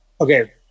Okay